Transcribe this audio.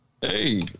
Hey